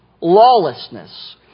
Lawlessness